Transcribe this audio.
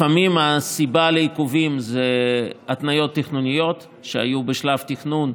לפעמים הסיבה לעיכובים זה התניות תכנוניות שהיו בשלב התכנון.